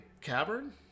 cavern